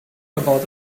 about